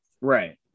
Right